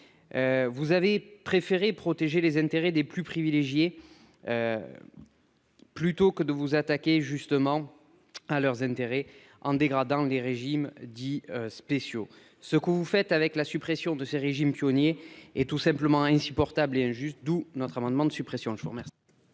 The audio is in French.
Vous avez préféré protéger les intérêts des plus privilégiés. Plutôt que de vous attaquer justement à leurs intérêts en dégradant les régimes dits spéciaux, ce que vous faites avec la suppression de ces régimes pionnier est tout simplement insupportable et injuste d'où notre amendement de suppression de je vous remercie.